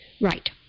Right